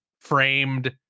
framed